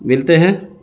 ملتے ہیں